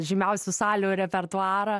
žymiausių salių repertuarą